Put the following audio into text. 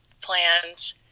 plans